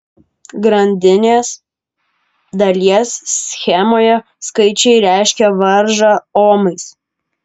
grandinės dalies schemoje skaičiai reiškia varžą omais